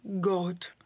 God